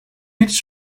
each